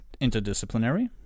interdisciplinary